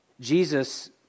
Jesus